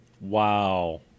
Wow